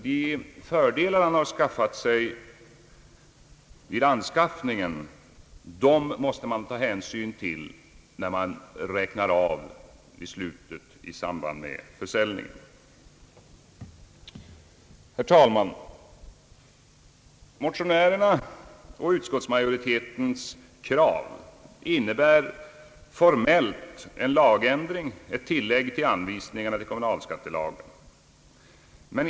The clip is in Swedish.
De fördelar man fått vid anskaffningen måste man alltså ta hänsyn till när man räknar av i samband med försäljningen. Herr talman! Motionärernas och utskottsmajoritetens förslag innebär formellt en lagändring, ett tillägg till anvisningarna i kommunalskattelagen.